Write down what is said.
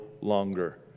longer